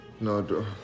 no